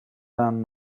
than